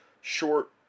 short